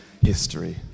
history